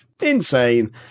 insane